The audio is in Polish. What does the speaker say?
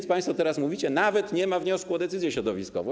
A państwo teraz mówicie: nawet nie ma wniosku o decyzję środowiskową.